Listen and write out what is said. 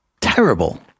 terrible